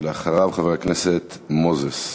אחריו, חבר הכנסת מוזס.